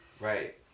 right